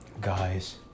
guys